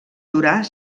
durar